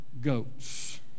goats